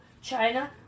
China